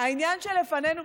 העניין שלפנינו,